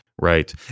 Right